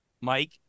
Mike